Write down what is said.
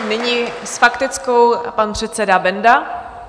Nyní s faktickou pan předseda Benda.